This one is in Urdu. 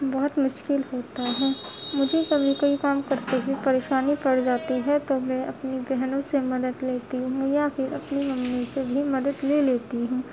بہت مشکل ہوتا ہے مجھے کبھی کوئی کام کرتے ہوئے پریشانی پڑ جاتی ہے تو میں اپنی بہنوں سے مدد لیتی ہوں یا پھر اپنی ممی سے بھی مدد لے لیتی ہوں